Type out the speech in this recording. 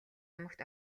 ямагт